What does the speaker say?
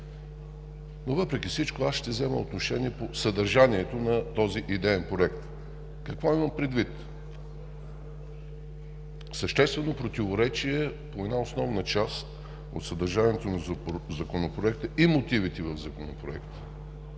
Въпреки всичко, аз ще взема отношение по съдържанието на този идеен проект. Какво имам предвид? Съществено противоречие по една основна част от съдържанието на Законопроекта и мотивите в Законопроекта.